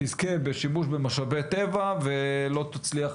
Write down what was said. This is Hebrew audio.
תזכה בשימוש במשאבי טבע ולא תצליח